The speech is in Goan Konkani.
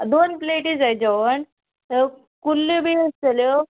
दोन प्लेटी जाय जेवण कुल्ल्यो बी आसतल्यो